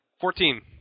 Fourteen